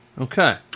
Okay